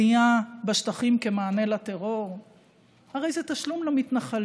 בסקרים, אני עולה בסקרים.